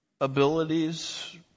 abilities